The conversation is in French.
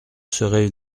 serait